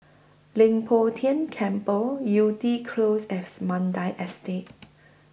Leng Poh Tian Temple Yew Tee Close and Mandai Estate